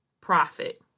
profit